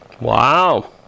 Wow